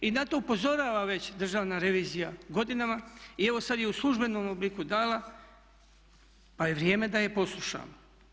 I na to upozorava već Državna revizija godinama i evo sad je u službenom obliku dala pa je vrijeme da je poslušamo.